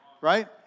Right